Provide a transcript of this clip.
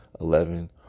eleven